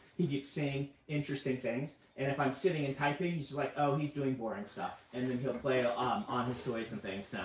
he keeps seeing interesting things. and if i'm sitting and typing, he's like, oh, he's doing boring stuff, and then he'll play ah um on his toys and things.